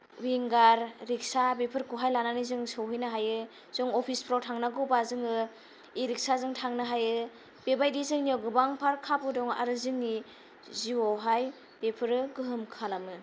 विंगार रिक्सा बेफोरखौहाय लानानै जों सहैनो हायो जों अफिसफ्राव थांनांगौबा जोङो इ रिक्साजों थांनो हायो बेबायदि जोंनियाव गोबांफोर खाबु दं आरो जोंनि जिउआवहाय बेफोरो गोहोम खालामो